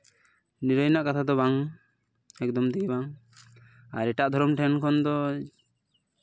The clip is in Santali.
ᱱᱤᱨᱟᱹᱭ ᱨᱮᱭᱟᱜ ᱠᱟᱛᱷᱟ ᱫᱚ ᱵᱟᱝ ᱮᱠᱫᱚᱢ ᱛᱮᱜᱮ ᱵᱟᱝ ᱟᱨ ᱮᱴᱟᱜ ᱫᱷᱚᱨᱚᱢ ᱴᱷᱮᱱ ᱠᱷᱚᱱ ᱫᱚ